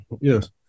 yes